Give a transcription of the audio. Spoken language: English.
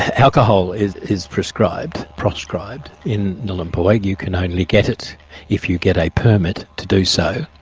alcohol is is proscribed proscribed in nhulunbuy, like you can only get it if you get a permit to do so.